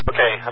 Okay